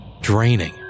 Draining